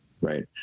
right